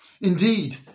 Indeed